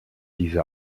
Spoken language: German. diese